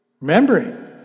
Remembering